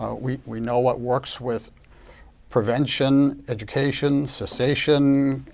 ah we we know what works with prevention, education, cessation,